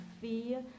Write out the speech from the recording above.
fear